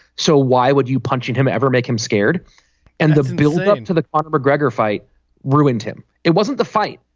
so why would you punching him ever make him scared and the buildup to the um mcgregor fight ruined him. it wasn't the fight.